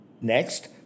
Next